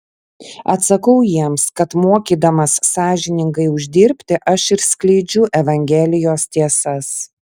atsakau jiems kad mokydamas sąžiningai uždirbti aš ir skleidžiu evangelijos tiesas